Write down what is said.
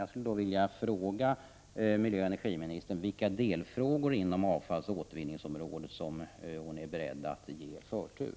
Jag skulle vilja fråga miljöoch energiministern vilka delfrågor inom avfallsoch återvinningsområdet som hon är beredd att ge förtur.